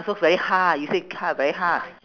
so very hard you say c~ hard very hard